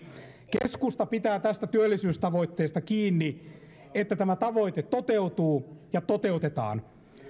keskusta pitää tästä työllisyystavoitteesta kiinni siitä että tämä tavoite toteutuu ja toteutetaan